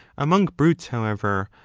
among brutes, however,